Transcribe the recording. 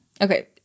okay